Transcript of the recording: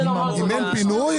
אם אין פינוי,